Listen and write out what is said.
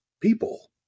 people